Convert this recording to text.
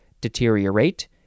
deteriorate